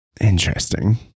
Interesting